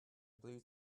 blue